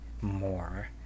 more